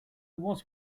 was